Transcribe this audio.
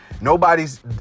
nobody's